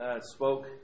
spoke